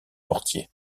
portier